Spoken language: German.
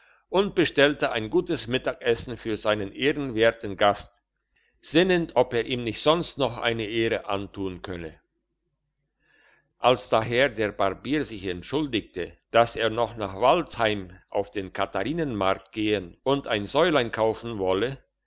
und bestellte ein gutes mittagsessen für seinen ehrenwerten gast sinnend ob er ihm nicht sonst noch eine ehre antun könne als daher der barbier sich entschuldigte dass er noch nach waldsheim auf den katharinenmarkt gehen und ein säulein kaufen wolle